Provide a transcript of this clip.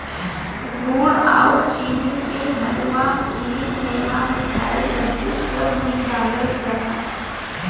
गुड़ आउर चीनी के हलुआ, खीर, मेवा, मिठाई, लड्डू, सब में डालल जाला